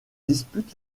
dispute